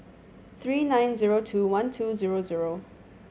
three nine zero two one two zero zero